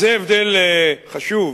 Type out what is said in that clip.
זה הבדל חשוב